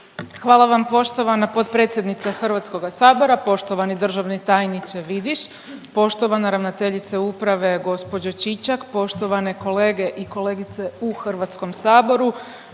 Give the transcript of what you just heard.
Hvala vam poštovana potpredsjednice Hrvatskoga sabora, poštovani državni tajniče Vidiš, poštovana ravnateljice uprave gospođa Čičak, poštovane kolege i kolegice u Hrvatskom saboru.